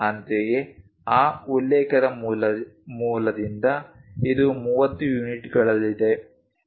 ಅಂತೆಯೇ ಆ ಉಲ್ಲೇಖದ ಮೂಲದಿಂದ ಇದು 30 ಯೂನಿಟ್ಗಳಲ್ಲಿದೆ